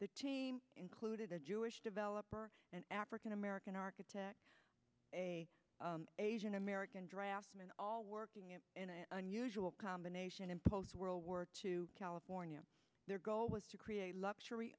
the team included a jewish developer an african american architect a asian american draftsman all working in an unusual combination and post world war two california there go it was to create a luxury